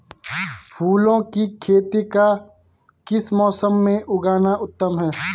फूलों की खेती का किस मौसम में उगना उत्तम है?